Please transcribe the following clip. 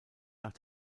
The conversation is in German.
nach